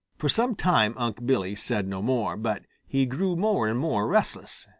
for some time unc' billy said no more, but he grew more and more restless.